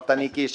אז אני שוב חוזר,